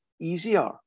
easier